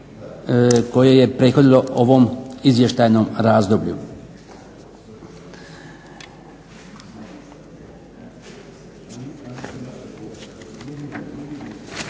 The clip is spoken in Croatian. koje je prethodilo ovom izvještajnom razdoblju.